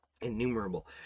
innumerable